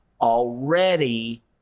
already